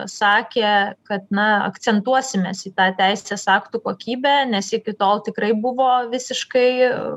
sakė kad na akcentuosimės į tą teisės aktų kokybę nes iki tol tikrai buvo visiškai